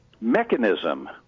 mechanism